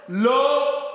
לא לא,